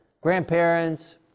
grandparents